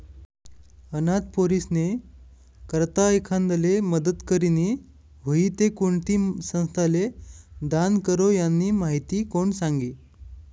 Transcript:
अनाथ पोरीस्नी करता एखांदाले मदत करनी व्हयी ते कोणती संस्थाले दान करो, यानी माहिती कोण सांगी